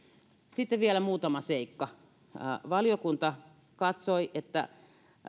sitten vielä muutama seikka valiokunta katsoi että